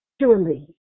Surely